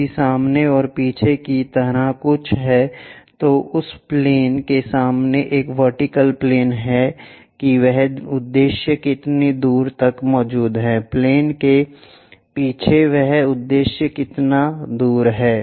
यदि सामने और पीछे की तरह कुछ है तो उस प्लेन के सामने एक वर्टिकल प्लेन है कि वह उद्देश्य कितना दूर तक मौजूद है प्लेन के पीछे वह उद्देश्य कितना दूर है